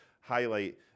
highlight